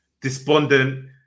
despondent